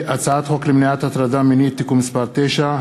הצעת חוק למניעת הטרדה מינית (תיקון מס' 9),